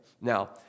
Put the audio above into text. Now